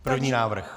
První návrh.